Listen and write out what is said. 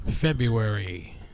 February